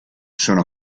sono